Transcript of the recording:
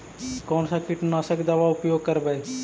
कोन सा कीटनाशक दवा उपयोग करबय?